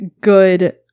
good